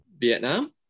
Vietnam